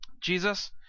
Jesus